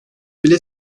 bile